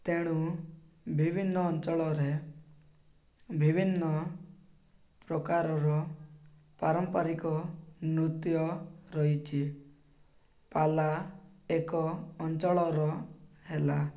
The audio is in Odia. ତେଣୁ ବିଭିନ୍ନ ଅଞ୍ଚଳରେ ବିଭିନ୍ନ ପ୍ରକାରର ପାରମ୍ପାରିକ ନୃତ୍ୟ ରହିଛି ପାଲା ଏକ ଅଞ୍ଚଳର ହେଲା